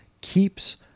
keeps